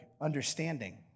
understanding